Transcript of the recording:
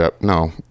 No